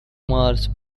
mars